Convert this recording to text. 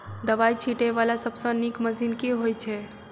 दवाई छीटै वला सबसँ नीक मशीन केँ होइ छै?